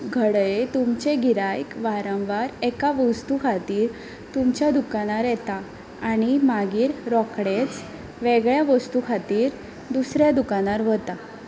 घडये तुमचे गिरायक वारंवार एका वस्तू खातीर तुमच्या दुकानार येता आनी मागीर रोखडेच वेगळ्या वस्तू खातीर दुसऱ्या दुकानार वता